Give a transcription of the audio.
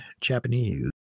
Japanese